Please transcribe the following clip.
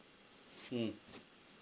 mm